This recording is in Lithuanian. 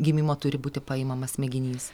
gimimo turi būti paimamas mėginys